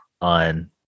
on